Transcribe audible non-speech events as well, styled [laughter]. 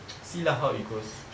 [noise] see lah how it goes